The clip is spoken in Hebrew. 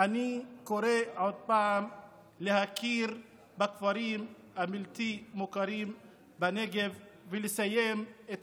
אני קורא עוד פעם להכיר בכפרים הבלתי-מוכרים בנגב ולסיים את